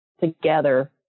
together